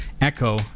echo